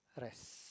rest